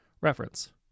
Reference